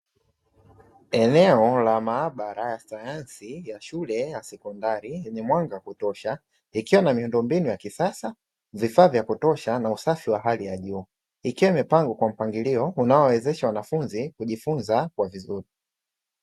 Eneo la maabara ya sayansi ya shule ya sekondari yenye mwanga kutosha, ikiwa na miundombinu ya kisasa vifaa vya kutosha na usafi wa hali ya juu, ikiwa imepangwa kwa mpangilio unaowezesha wanafunzi kujifunza kwa vizuri.